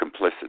complicit